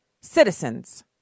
citizens